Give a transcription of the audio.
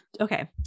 Okay